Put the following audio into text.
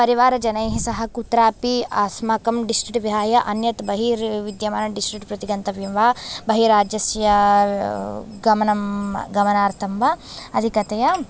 परिवारजनैः सह कुत्रापि अस्माकं डिस्ट्रिक्ट् विहाय अन्यत् बहिर्विद्यमान डिस्ट्रिक्ट् प्रति गन्तव्यं वा बहिराज्यस्य गमनं गमनार्थं वा अधिकतया